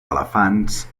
elefants